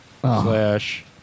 slash